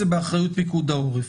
זה באחריות פיקוד העורף.